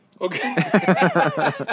Okay